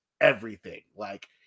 everything—like